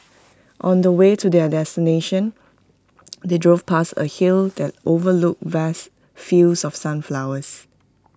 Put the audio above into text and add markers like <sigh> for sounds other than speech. on the way to their destination <noise> they drove past A hill that overlooked vast fields of sunflowers